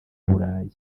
burayi